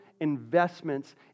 investments